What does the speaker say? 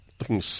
looking